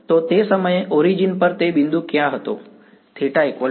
તો તે સમયે ઓરીજિન પર તે બિંદુ ક્યાં હતું θ π2